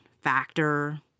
factor